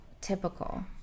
typical